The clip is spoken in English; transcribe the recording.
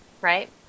right